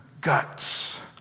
guts